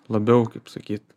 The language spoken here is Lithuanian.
labiau kaip sakyt